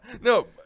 no